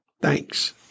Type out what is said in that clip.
Thanks